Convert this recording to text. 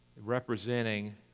representing